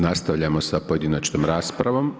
Nastavljamo sa pojedinačnom raspravom.